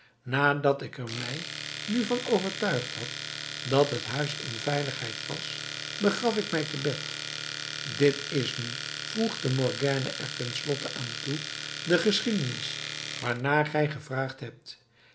nadat ik er mij nu van overtuigd had dat het huis in veiligheid was begaf ik mij te bed dit is nu voegde morgiane er ten slotte aan toe de geschiedenis waarnaar gij gevraagd hebt